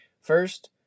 First